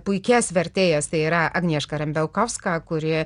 puikias vertėjas tai yra agnieška rambiaukovska kuri